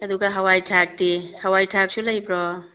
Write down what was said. ꯑꯗꯨꯒ ꯍꯋꯥꯏ ꯊ꯭ꯔꯥꯛꯇꯤ ꯍꯋꯥꯏ ꯊ꯭ꯔꯥꯛꯁꯨ ꯂꯩꯕ꯭ꯔꯣ